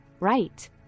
right